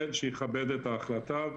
שיכבד את ההחלטה,